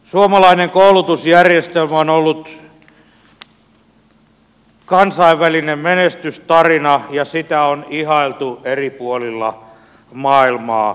suomalainen koulutusjärjestelmä on ollut kansainvälinen menestystarina ja sitä on ihailtu eri puolilla maailmaa